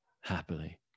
happily